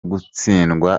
gutsindwa